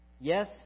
Yes